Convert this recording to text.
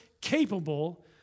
capable